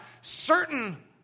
certain